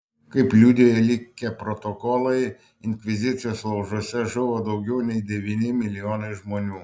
kaip liudija likę protokolai inkvizicijos laužuose žuvo daugiau nei devyni milijonai žmonių